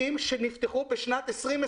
אם לא היינו מאפשרים לקנות ברשתות המזון,